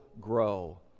grow